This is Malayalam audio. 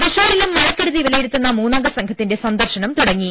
തൃശൂരിലും മഴക്കെടുതി വിലയിരുത്തുന്ന മൂന്നംഗ സംഘ ത്തിന്റെ സന്ദർശനം തുടങ്ങി